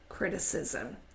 criticism